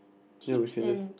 yea we can just